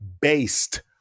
based